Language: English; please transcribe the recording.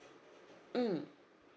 mm